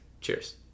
Cheers